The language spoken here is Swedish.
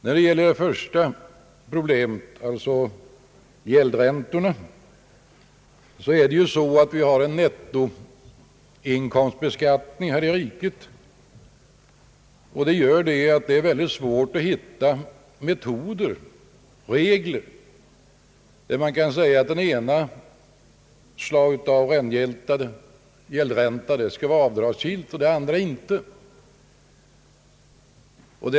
Vad beträffar problemet med gäldräntorna förhåller det sig ju så att vi här i landet tillämpar nettoinkomstbeskattning, vilket gör det svårt att utforma regler enligt vilka det ena slaget av gäldränta är avdragsgillt och det andra inte.